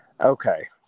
Okay